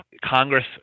Congress